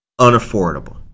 unaffordable